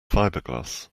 fiberglass